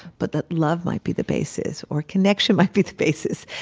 but that love might be the basis or connection might be the basis.